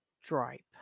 Stripe